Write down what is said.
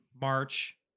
March